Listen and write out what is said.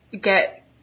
get